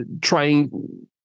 trying